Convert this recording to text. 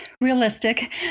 realistic